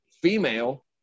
female